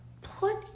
put